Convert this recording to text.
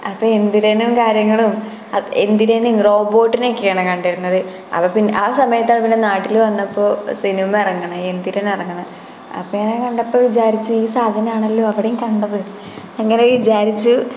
അപ്പോൾ എന്തിരനും കാര്യങ്ങളും എന്തിരൻ റോബോര്ട്ടിനെയൊക്കെയാണ് കണ്ടിരുന്നത് അപ്പോൾ പി ആ സമയത്താണ് നമ്മുടെ നാട്ടിൽ വന്നപ്പോൾ സിനിമ ഇറങ്ങണ എന്തിരൻ ഇറങ്ങാണെ അപ്പോൾ കണ്ടപ്പോൾ വിചാരിച്ചു ഈ സാധനമാണല്ലോ അവിടെയും കണ്ടത് അങ്ങനെ വിചാരിച്ചു